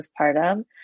postpartum